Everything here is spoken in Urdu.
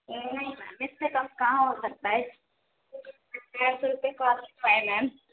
نہیں نہیں میم اس سے کم کہاں ہو سکتا ہے پچاس روپئے ہے میم